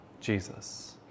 Jesus